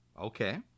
Okay